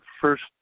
first